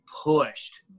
pushed